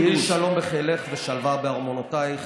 "יהי שלום בחילך שלוה בארמנותיך".